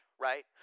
right